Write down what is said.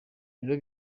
rero